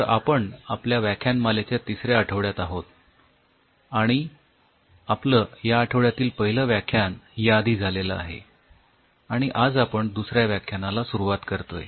तर आपण आपल्या व्याख्यानमालेच्या तिसऱ्या आठवड्यात आहोत आणि आपलं या आठवड्यातील पाहिलं व्याख्यान या आधी झालेलं आहे आणि आज आपण दुसऱ्या व्याख्यानाला सुरुवात करतोय